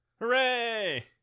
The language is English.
Hooray